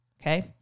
Okay